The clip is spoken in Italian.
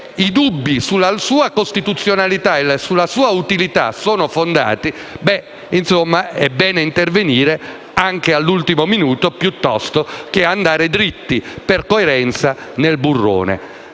i dubbi sulla sua costituzionalità e sulla sua utilità sono fondati, è bene intervenire anche all'ultimo minuto piuttosto che andare dritti, per coerenza, nel burrone.